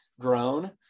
grown